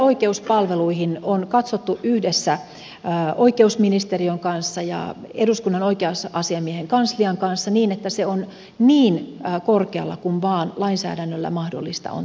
oikeus palveluihin on katsottu yhdessä oikeusministeriön kanssa ja eduskunnan oikeusasiamiehen kanslian kanssa niin että se on niin korkealla kuin vain lainsäädännöllä mahdollista on tehdä